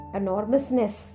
enormousness